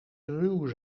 ruw